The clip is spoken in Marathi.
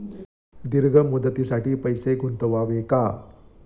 दीर्घ मुदतीसाठी पैसे गुंतवावे का?